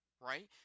right